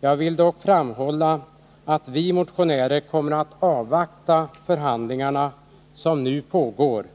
Jag vill dock framhålla att vi motionärer kommer att avvakta de förhandlingar som nu pågår.